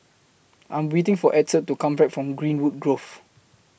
I'm waiting For Edson to Come Back from Greenwood Grove